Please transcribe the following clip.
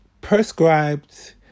prescribed